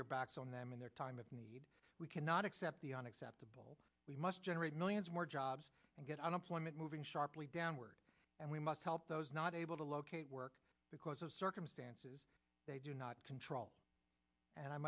your backs on them in their time of need we cannot accept the unacceptable we must generate millions more jobs and get unemployment moving sharply downward and we must help those not able to locate work because of circumstances they do not control and i